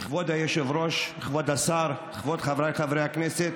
כבוד היושב-ראש, כבוד השר, כבוד חבריי חברי הכנסת,